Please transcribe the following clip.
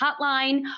Hotline